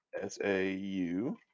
S-A-U